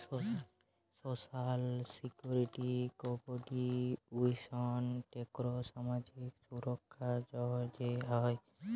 social security contributions tax সামাজিক সুরক্ষার জ্যনহে হ্যয়